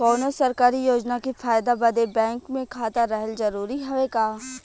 कौनो सरकारी योजना के फायदा बदे बैंक मे खाता रहल जरूरी हवे का?